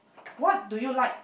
what do you like